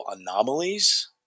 anomalies